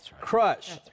crush